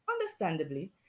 understandably